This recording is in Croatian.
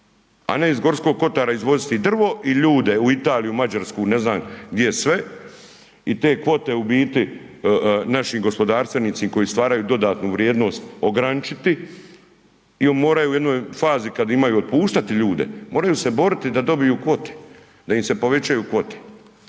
a ne iz G. kotara izvoziti drvo i ljude u Italiju, u Mađarsku, ne znam gdje sve i te kvote u biti naši gospodarstvenici koji im stvaraju dodatnu vrijednost, ograničiti i moraju u jednoj fazi kad imaju otpuštati ljude, moraju se boriti da dobiju kvote, da im se povećaju kvote.